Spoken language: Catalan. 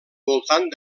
voltant